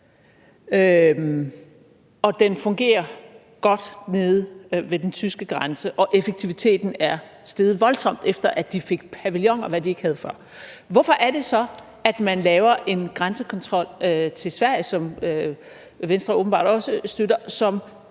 den fungerer godt nede ved den tyske grænse, hvor effektiviteten er steget voldsomt, efter at de fik pavilloner, hvad de ikke havde før, hvorfor er det så, at man laver en grænsekontrol til Sverige, som Venstre åbenbart også støtter,